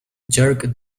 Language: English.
jerk